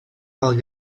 alt